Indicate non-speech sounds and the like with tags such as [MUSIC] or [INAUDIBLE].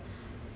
[LAUGHS]